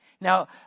Now